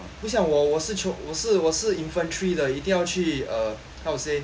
不像我我是我是我是 infantry 的一定要去 uh how to say